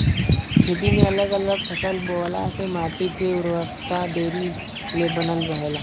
खेती में अगल अलग फसल बोअला से माटी के उर्वरकता देरी ले बनल रहेला